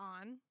on